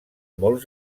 molt